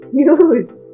huge